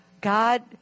god